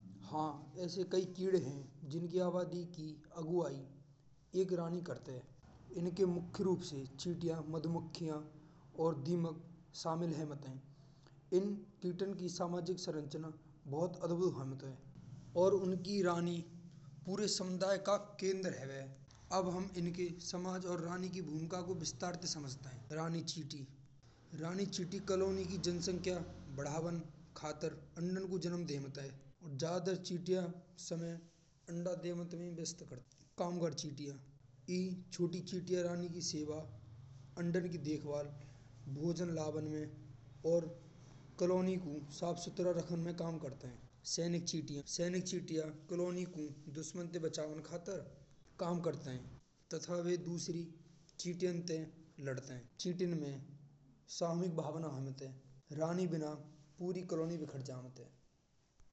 हाँ ऐसे कई कीड़े हैं। जिनकी आबादी की अगुवाई एक रानी करती हैं इनके मुख्य रूप से चीटियाँ मधुमक्खियाँ और दीमक शामिल हैं। बतायें इन कीटों की सामाजिक संरचना बहुत अनुभव हमें दें और उनकी रानी पूरे समुदाय का केंद्र हैवे। अब हम इनके समाज और रानी की भूमिका को विस्तार से समझते हैं। रानी चिता कॉलोनी की जनसंख्या बढ़ावन खातिर अंडन को जन्म दें बातेन। और ज़्यादा चीटियाँ समय अंडों दे मंत्री काम करती दिय रानी की सेवा, अंडन की देखभाल। भोजन लावन में और कॉलोनी को साफ सुथरा रखें में काम करते हैं। कॉलोनी को दुश्मन से बचाएं खतरा काम करता है। सैनिक चीटियां: सैनिक चीटियां कॉलोनी को दुश्मन ते बचाने खातिर काम करते हैं। तथा वे दूसरी चीटियाँ से लड़ते हैं। चीटियों में सामूहिक भावनाएँ होती हैं। रानी बिना पूरी कॉलोनी बिखर जाती है।